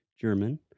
German